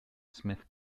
smith